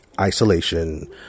Isolation